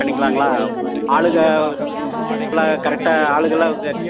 பண்ணிக்கலாங்களா ஆளுக எல்லாம் கரெக்டாக ஆளுகயெல்லாம் வந்து